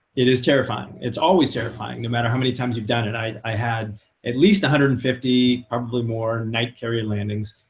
it is terrifying. it's always terrifying, no matter how many times you've done it. i had at least one hundred and fifty, probably more, night carrier landings.